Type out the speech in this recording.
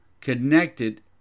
connected